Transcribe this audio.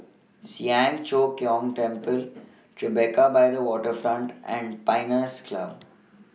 Siang Cho Keong Temple Tribeca By The Waterfront and Pines Club